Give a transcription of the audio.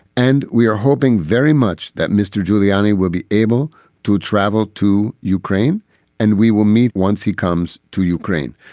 and we are hoping very much that mr. giuliani will be able to travel to ukraine and we will meet once he comes to ukraine.